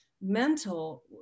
mental